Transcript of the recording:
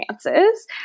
chances